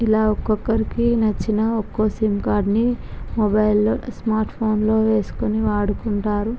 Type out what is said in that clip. ఇలా ఒక్కొక్కరికి నచ్చిన ఒక్కోక సిమ్ కార్డుని మొబైల్లో స్మార్ట్ ఫోన్లో వేసుకుని వాడుకుంటారు